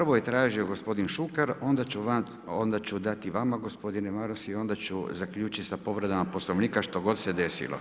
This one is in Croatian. Prvo je tražio gospodin Šuker onda ću dati vama gospodine Maras i onda ću zaključiti sa povredama Poslovnika što god se desilo.